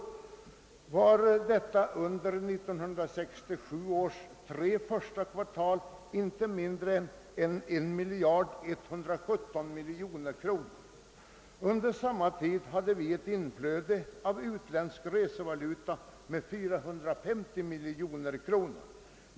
Under 1967 års tre första kvartal uppgick det till inte mindre än 1117 miljoner kronor. Under samma tid hade vi ett inflöde av utländsk resevaluta på 450 miljoner kronor.